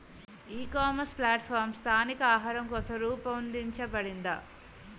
ఈ ecommerce platform స్థానిక ఆహారం కోసం రూపొందించబడిందా?